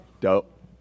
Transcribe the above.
Dope